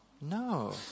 No